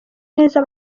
neza